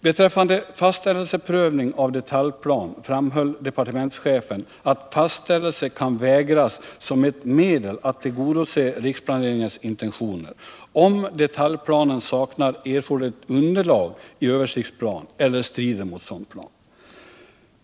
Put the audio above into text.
Beträffande fastställelseprövning av detaljplan framhöll departementschefen att fastställelse kan vägras som ett medel att tillgodose riksplaneringens intentioner, om detaljplanen saknar erforderligt underlag i översiktsplan eller strider mot sådan plan.